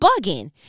bugging